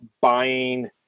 buying